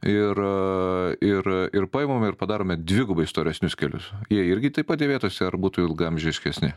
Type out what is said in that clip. ir ir ir paimame ir padarome dvigubai storesnius kelius jie irgi taip pat dėvėtųsi ar būtų ilgaamžiškesni